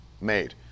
made